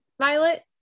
Violet